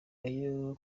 ayo